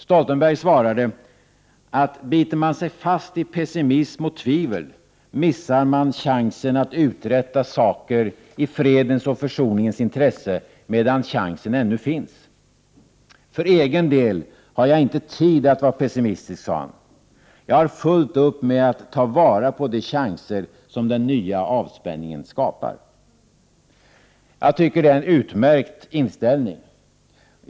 Stoltenberg svarade att biter man sig fast i pessimism och tvivel missar man chansen att uträtta saker i fredens och försoningens intresse medan chansen ännu finns. För egen del har jag inte tid att vara pessimistisk, sade han. Jag har fullt upp med att ta vara på de chanser som den nya avspänningen skapar. Jag tycker det är en utmärkt inställning.